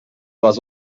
was